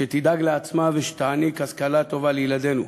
שתדאג לעצמה ושתעניק השכלה טובה לילדינו.